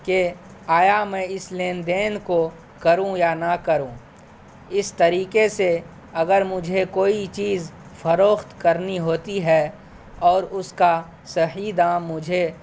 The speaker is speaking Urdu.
کہ آیا میں اس لین دین کو کروں یا ںہ کروں اس طریقے سے اگر مجھے کوئی چیز فروخت کرنی ہوتی ہے اور اس کا صحیح دام مجھے